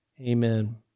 Amen